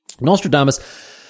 Nostradamus